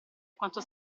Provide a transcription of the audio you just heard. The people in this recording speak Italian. quanto